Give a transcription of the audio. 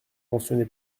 mentionné